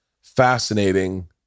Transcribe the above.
fascinating